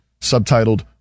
subtitled